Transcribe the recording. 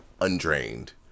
undrained